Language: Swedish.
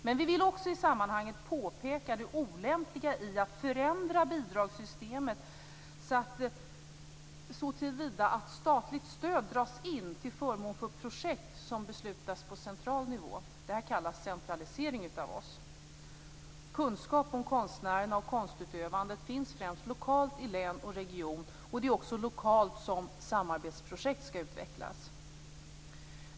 Men vi vill också i sammanhanget påpeka det olämpliga i att förändra bidragssystemet så att statligt stöd dras in till förmån för projekt som beslutas på central nivå. Det kallar vi centralisering. Kunskaper om konstnärer och konstutövandet finns främst lokalt i län och region. Det är också lokalt som samarbetsprojekt skall utvecklas.